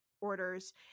orders